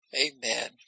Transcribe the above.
Amen